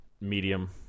Medium